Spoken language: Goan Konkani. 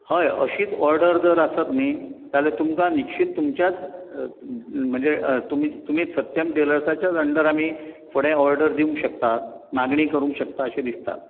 हय अशीच ऑर्डर जर आसत न्ही जाल्यार तुमकां निश्चीत तुमच्याच म्हणजे तुमीच सत्यम डिलर्साचेच अंडर आमी फुडें ऑर्डर दिवंक शकतात मागणी करूंक शकता अशें दिसता